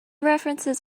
references